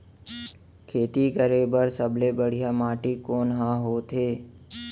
खेती करे बर सबले बढ़िया माटी कोन हा होथे?